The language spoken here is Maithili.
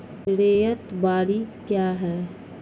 रैयत बाड़ी क्या हैं?